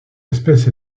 espèce